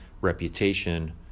reputation